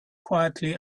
quietly